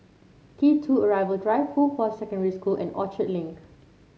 T two Arrival Drive Fuhua Secondary School and Orchard Link